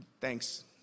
Thanks